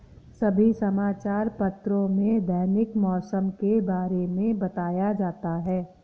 सभी समाचार पत्रों में दैनिक मौसम के बारे में बताया जाता है